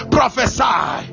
Prophesy